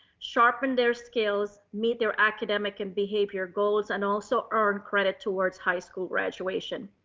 sharpen their skills, meet their academic and behavior goals, and also earn credit towards high school graduation.